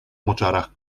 moczarach